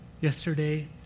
Yesterday